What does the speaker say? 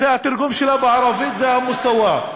זה התרגום שלה בערבית, מוסאוא.